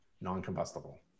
Non-combustible